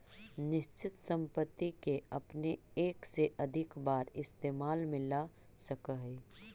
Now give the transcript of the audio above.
निश्चित संपत्ति के अपने एक से अधिक बार इस्तेमाल में ला सकऽ हऽ